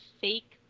fake